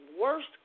worst